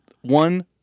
one